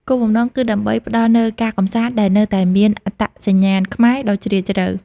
គោលបំណងគឺដើម្បីផ្តល់នូវការកម្សាន្តដែលនៅតែមាន អត្តសញ្ញាណខ្មែរ ដ៏ជ្រាលជ្រៅ។